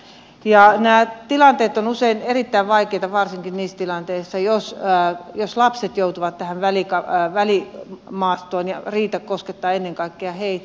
nämä tilanteet ovat usein erittäin vaikeita varsinkin jos lapset joutuvat tähän välimaastoon ja riita koskettaa ennen kaikkea heitä